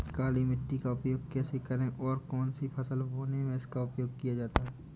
काली मिट्टी का उपयोग कैसे करें और कौन सी फसल बोने में इसका उपयोग किया जाता है?